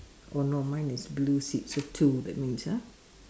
oh no mine is blue seats so two that means ah